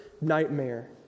nightmare